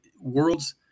world's